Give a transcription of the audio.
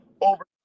over